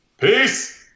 Peace